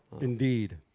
Indeed